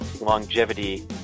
longevity